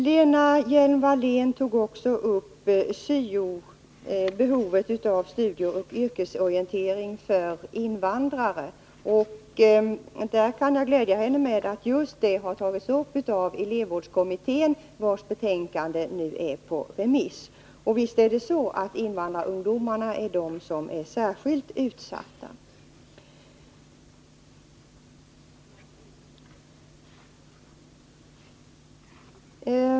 Lena Hjelm-Wallén tog också upp frågan om behovet av studieoch yrkesorientering för invandrarna. Jag kan glädja henne med att just det har tagits upp av elevvårdskommittén, vars betänkande nu är på remiss. Och visst är invandrarungdomarna särskilt utsatta!